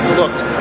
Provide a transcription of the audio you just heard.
looked